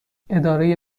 اداره